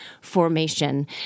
formation